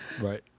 Right